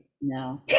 No